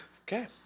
Okay